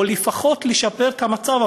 או לפחות לשפר את המצב,